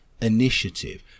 Initiative